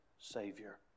Savior